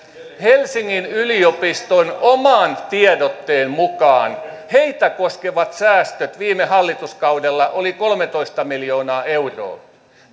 helsingin yliopiston oman tiedotteen mukaan heitä koskevat säästöt viime hallituskaudella olivat kolmetoista miljoonaa euroa